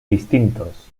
distintos